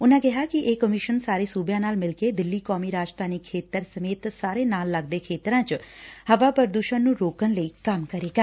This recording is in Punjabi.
ਉਨਾਂ ਕਿਹਾ ਕਿ ਇਹ ਕਮਿਸ਼ਨ ਸਾਰੇ ਸੁਬਿਆਂ ਨਾਲ ਮਿਲਕੇ ਦਿੱਲੀ ਕੌਮੀ ਰਾਜਧਾਨੀ ਖੇਤਰ ਸਮੇਤ ਸਾਡੇ ਨਾਲ ਲੱਗਦੇ ਖੇਤਰਾਂ ਚ ਪ੍ਰਦੁਸ਼ਣ ਨੂੰ ਰੋਕਣ ਲਈ ਕੰਮ ਕਰੇਗਾ